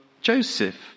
Joseph